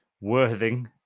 Worthing